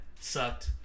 sucked